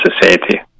society